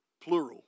plural